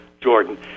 Jordan